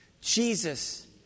Jesus